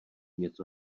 něco